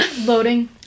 Loading